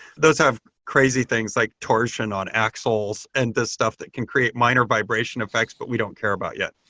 those have crazy things, like torsion on axles and the stuff that can create minor vibration effects, but we don't care about yet.